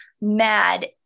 mad